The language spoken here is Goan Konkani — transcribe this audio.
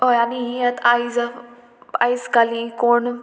हय आनी ही आतां आयज आयज काल हीं कोण